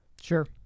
Sure